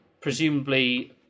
Presumably